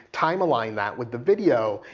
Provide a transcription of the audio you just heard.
time align that with the video.